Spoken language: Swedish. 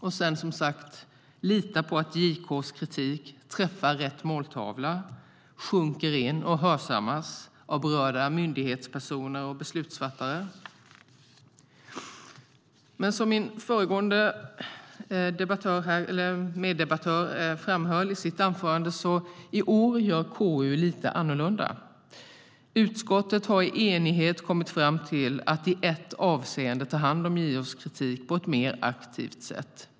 Sedan litar man, som sagt, på att JO:s kritik träffar rätt måltavla, sjunker in och hörsammas av berörda myndighetspersoner och beslutsfattare. Men som föregående talare framhöll i sitt anförande gör KU i år lite annorlunda. Utskottet har i enighet kommit fram till att i ett avseende ta hand om JO:s kritik på ett mer aktivt sätt.